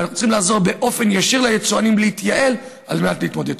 ואנחנו צריכים לעזור באופן ישיר ליצואנים להתייעל על מנת להתמודד.